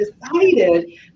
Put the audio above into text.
decided